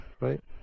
right